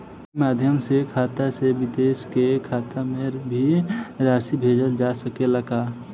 ई माध्यम से खाता से विदेश के खाता में भी राशि भेजल जा सकेला का?